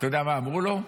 אתה יודע מה אמרו לו?